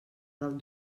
del